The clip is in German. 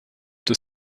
des